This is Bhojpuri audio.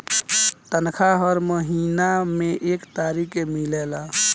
तनखाह हर महीना में एक तारीख के मिलेला